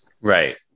Right